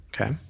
Okay